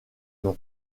nom